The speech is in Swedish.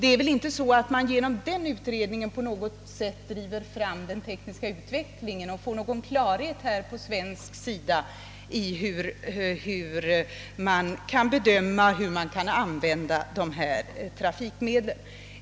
Det är väl inte så, att den utredningen på något sätt driver fram den tekniska utvecklingen och ger någon klarhet om i vilken omfattning dessa trafikmedel kan komma att användas i Sverige.